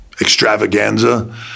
extravaganza